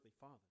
father